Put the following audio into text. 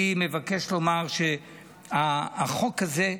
אני מבקש לומר שהחוק הזה,